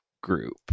group